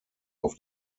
auf